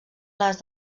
les